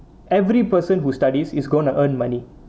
every person who studies is gonna earn money